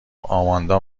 آماندا